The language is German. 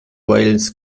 wales